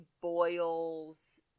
boils